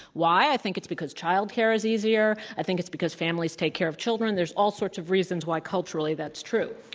why? i think it's because childcare is easier. i think it's because families take care of children. there's all sorts of reasons why culturally that's true.